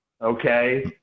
Okay